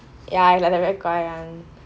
ya like the very guai one